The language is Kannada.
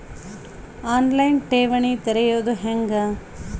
ಆನ್ ಲೈನ್ ಠೇವಣಿ ತೆರೆಯೋದು ಹೆಂಗ?